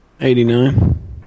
Eighty-nine